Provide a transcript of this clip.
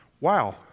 wow